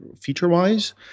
feature-wise